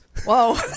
Whoa